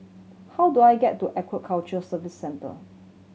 how do I get to Aquaculture Service Centre